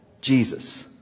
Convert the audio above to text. Jesus